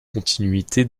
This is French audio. continuité